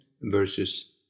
versus